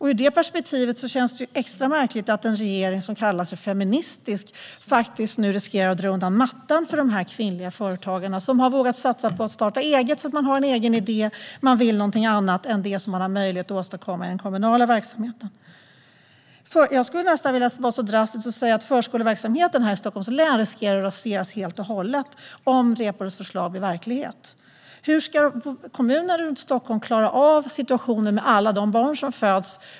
I det perspektivet känns det extra märkligt att en regering som kallar sig feministisk riskerar att dra undan mattan för de kvinnliga företagarna. De har vågat satsa på att starta eget för att de har en egen idé och vill något annat än det som är möjligt att åstadkomma i den kommunala verksamheten. Jag skulle vilja vara drastisk och säga att förskoleverksamheten i Stockholms län riskerar att raseras helt och hållet om Reepalus förslag blir verklighet. Hur ska kommunerna runt Stockholm klara av situationen med alla de barn som föds?